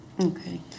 Okay